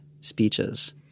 speeches